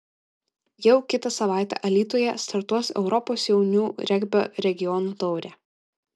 jau kitą savaitę alytuje startuos europos jaunių regbio regionų taurė